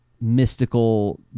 mystical